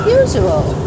usual